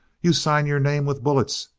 you sign your name with bullets.